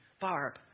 Barb